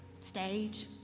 stage